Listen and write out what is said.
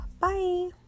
bye